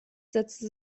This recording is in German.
setzte